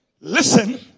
listen